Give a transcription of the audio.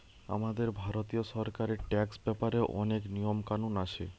আমাদের ভারতীয় সরকারের ট্যাক্স ব্যাপারে অনেক নিয়ম কানুন আছে